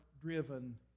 driven